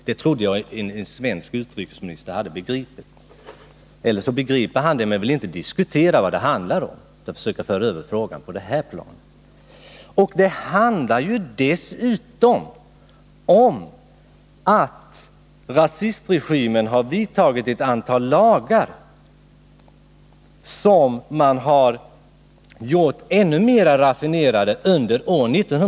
Det trodde jag att en svensk utrikesminister hade begripit. Eller också begriper Ola Ullsten det, men vill inte diskutera vad det handlar om utan försöker föra över diskussionen till ett annat plan. Det rör sig också om att rasistregimen har antagit ett antal lagar som gjorts ännu mera raffinerade under det här året.